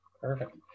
Perfect